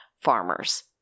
farmers